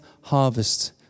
harvest